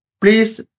please